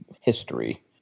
history